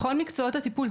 בכל מקצועות הטיפול,